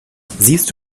siehst